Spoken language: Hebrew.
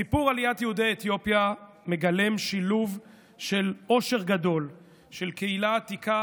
סיפור עליית יהודי אתיופיה מגלם שילוב של עושר גדול של קהילה עתיקה